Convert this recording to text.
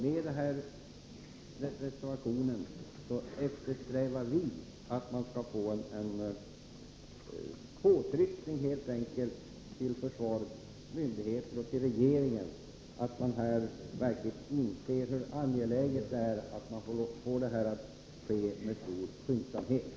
Med denna reservation eftersträvar vi helt enkelt — Nr 52 att få en påtryckning på försvarets myndigheter och på regeringen, så att man